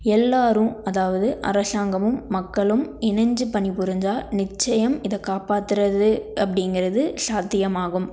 எல்லோரும் அதாவது அரசாங்கமும் மக்களும் இணைஞ்சு பணிபுரிஞ்சால் நிச்சயம் இதை காப்பாற்றுறது அப்படிங்கிறது சாத்தியமாகும்